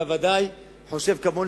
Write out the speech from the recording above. אתה ודאי חושב כמוני,